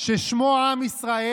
באנו לשמוע אותך,